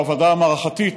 בוודאי המערכתית.